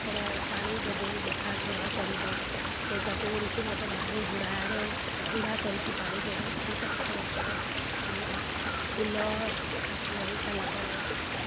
ଆପର ପାଣି ଦେବେ ଦେଖାଶୁଣା କରିବେ ସେଇଟାକୁ ରୀତିମତ ଭାବେ ହୁଡ଼ାର ହୁଡ଼ା କରିକି ପାଣି ଦେବେ ସେଇଟା ଆପଣଙ୍କର ଫୁଲ ଫୁଲ ତାକୁ ହେଇସାରିଲା ପରେ